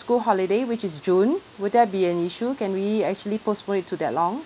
school holiday which is june would that be an issue can we actually postpone it to that long